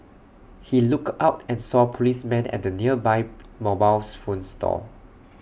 he looked out and saw policemen at the nearby mobile phone store